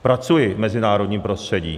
Pracuji v mezinárodním prostředí.